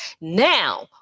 now